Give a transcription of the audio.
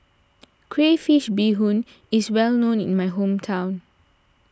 Crayfish BeeHoon is well known in my hometown